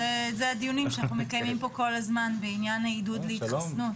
אלה הדיונים שאנחנו מקיימים פה כל הזמן בעניין העידוד להתחסן.